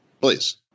Please